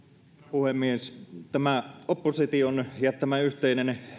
puhemies tämä opposition jättämä yhteinen